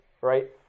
right